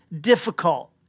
difficult